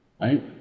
Right